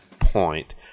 point